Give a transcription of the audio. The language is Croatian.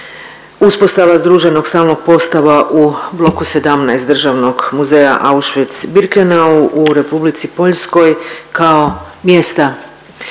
uspostava združenog stalnog postava u bloku 17 Državnog muzeja Auschwitz-Birkenau u Republici Poljskoj kao mjesta